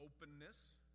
openness